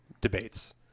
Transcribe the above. debates